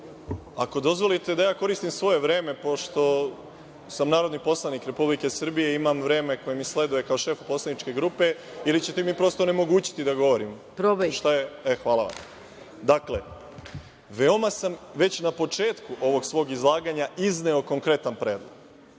Ako dozvolite da ja koristim svoje vreme, pošto sam narodni poslanik Republike Srbije i imam vreme koje mi sleduje kao šefu poslaničke grupe, ili ćete mi prosto onemogućiti da govorim? **Maja Gojković** Probajte. **Boško Obradović** Hvala vam. Dakle, već sam na početku ovog svog izlaganja izneo konkretan predlog